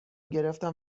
گرفتم